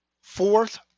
Fourth